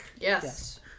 Yes